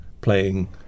playing